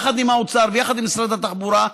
יחד עם האוצר ויחד עם משרד התחבורה,